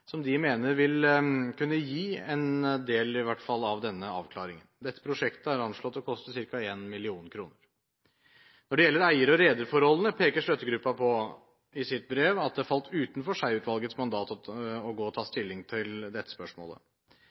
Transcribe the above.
som de mener vil kunne gi en del av denne avklaringen. Dette prosjektet er anslått til å koste 1 mill. kr. Når det gjelder eier- og rederforholdene, peker støttegruppen i sitt brev på at det falt utenfor Schei-utvalgets mandat å ta stilling til dette spørsmålet.